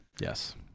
yes